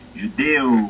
judeu